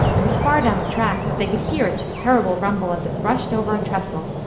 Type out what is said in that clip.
it was far down the track but they could hear its terrible rumble as it rushed over a trestle,